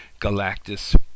Galactus